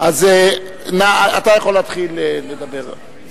אתה יכול להתחיל לדבר.